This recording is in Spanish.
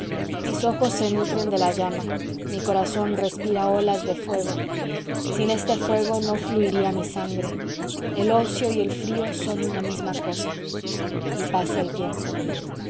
mis ojos se nutren de la llama mi corazón respira olas de fuego sin este fuego no fluiría mi sangre el ocio y el frío son una misma cosa y pasa el tiempo